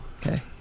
Okay